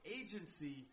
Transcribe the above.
agency